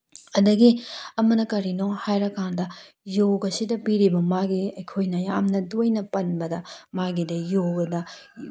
ꯑꯗꯒꯤ ꯑꯃꯅ ꯀꯔꯤꯅꯣ ꯍꯥꯏꯔꯀꯥꯟꯗ ꯌꯣꯒꯁꯤꯗ ꯄꯤꯔꯤꯕ ꯃꯥꯒꯤ ꯑꯩꯈꯣꯏꯅ ꯌꯥꯝꯅ ꯇꯣꯏꯅ ꯄꯟꯕꯗ ꯃꯥꯒꯤꯗꯤ ꯌꯣꯒꯅ